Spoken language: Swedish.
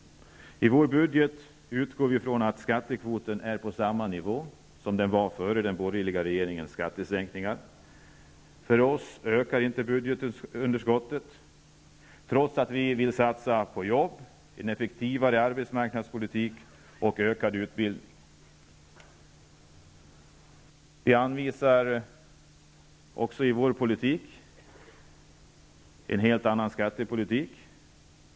I vårt budgetförslag utgår vi från att skattekvoten är på samma nivå som den var före den borgerliga regeringens skattesänkningar. Enligt vårt budgetalternativ ökar inte budgetunderskottet, trots att vi vill satsa på jobb, en effektivare arbetsmarknadspolitik och ökad utbildning. Vi anvisar också en helt annan skattepolitik.